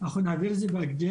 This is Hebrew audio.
אנחנו נעביר את זה בהקדם.